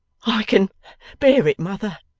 i can bear it, mother!